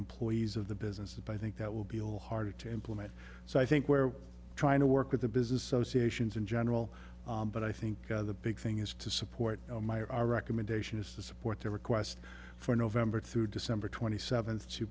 employees of the business that i think that will be a little harder to implement so i think we're trying to work with the business associations in general but i think the big thing is to support my recommendation is to support their request for november through december twenty seventh to